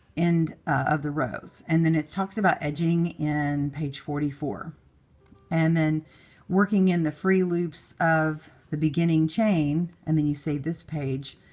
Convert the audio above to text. end of the rows. and then it talks about edging in page forty four and then working in the free loops of the beginning chain, and then you save this page.